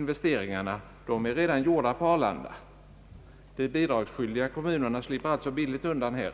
investeringarna är redan gjorda på Arlanda. De bidragsskyldiga kommunerna slipper alltså billigt undan.